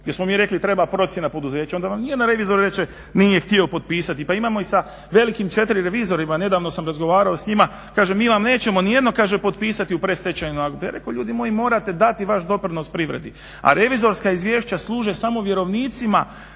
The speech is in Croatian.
Gdje smo mi rekli treba procjena poduzeća, onda vam ni jedan revizor neće, nije htio potpisati. Pa imamo i sa velikim četiri revizorima, nedavno sam razgovarao s njima. Kažem mi vam nećemo ni jedno kažem potpisati u predstečajnoj nagodbi. Ja reko ljudi moji morate dati vaš doprinos privredi. A revizorska izvješća služe samo vjerovnicima,